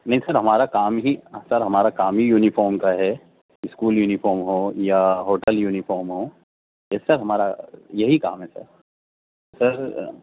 نہیں سر ہمارا کام ہی سر ہمارا کام ہی یونیفام کا ہے اسکول یونیفام ہو یا ہوٹل یونیفام ہو یہ سب ہمارا یہی کام ہے سر